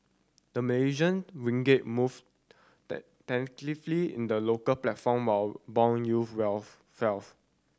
the Malaysian ringgit moved tentatively in the local platform while bond yields